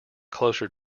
closer